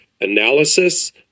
analysis